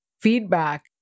feedback